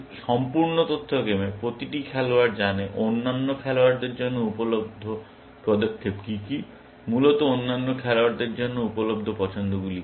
সম্পূর্ণ তথ্য গেমে প্রতিটি খেলোয়াড় জানে অন্যান্য খেলোয়াড়দের জন্য উপলব্ধ পদক্ষেপ কি কি মূলত অন্যান্য খেলোয়াড়দের জন্য উপলব্ধ পছন্দগুলি কী